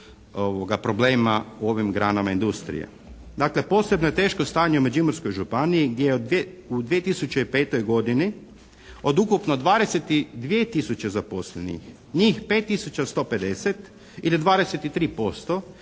problemima u ovim granama industrije. Dakle, posebno je teško stanje u Međimurskoj županiji gdje u 2005. godini od ukupno 22 tisuće zaposlenih njih 5 tisuća 150 ili 23%